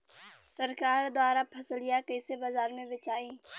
सरकार द्वारा फसलिया कईसे बाजार में बेचाई?